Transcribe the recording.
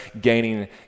gaining